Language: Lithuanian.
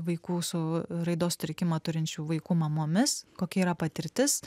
vaikų su raidos sutrikimą turinčių vaikų mamomis kokia yra patirtis